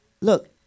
Look